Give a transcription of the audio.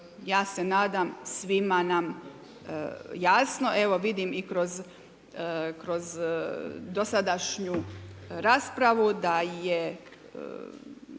ja se nadam svima nam jasno. Evo vidim i kroz dosadašnju raspravu da je